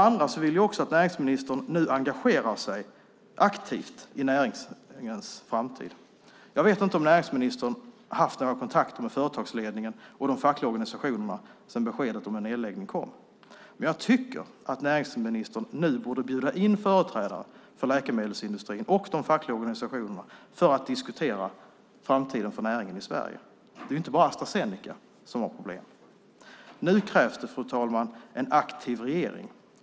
Jag vill också att näringsministern nu engagerar sig aktivt i näringens framtid. Jag vet inte om näringsministern haft några kontakter med företagsledningen och de fackliga organisationerna sedan beskedet om nedläggning kom. Men jag tycker att näringsministern nu borde bjuda in företrädare för läkemedelsindustrin och de fackliga organisationerna för att diskutera framtiden för näringen i Sverige. Det är inte bara Astra Zeneca som har problem. Fru talman! Nu krävs det en aktiv regering.